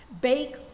Bake